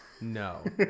No